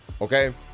okay